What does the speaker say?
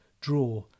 draw